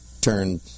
turn